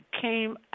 came